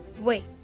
Wait